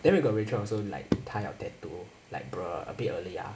then we got rachel also like thigh got tattoo like bruh a bit early ah